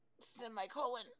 Semicolon